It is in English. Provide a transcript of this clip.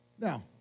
Now